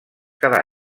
cada